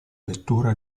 vettura